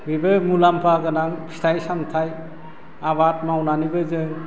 बिबो मुलाम्फा गोनां फिथाइ सामथाइ आबाद मावनानैबो जों